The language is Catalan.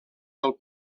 del